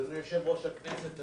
אדוני יושב-ראש הכנסת,